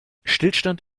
stillstand